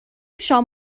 شام